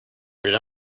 rated